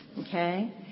okay